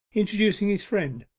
introducing his friend.